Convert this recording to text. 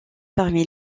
parmi